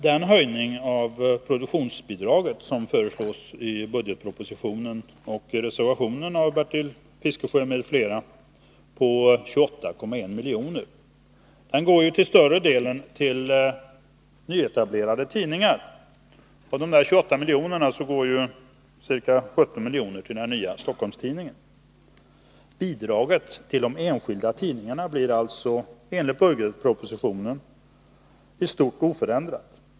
Den höjning av produktionsbidraget med 28,1 miljoner som föreslås i budgetpropositionen och i reservationen av Bertil Fiskesjö m.fl. går till större delen till nyetablerade tidningar — av de 28 miljonerna går ca 17 till den nya Stockholms-Tidningen. Bidraget till de enskilda tidningarna blir alltså enligt budgetpropositionen i stort oförändrat.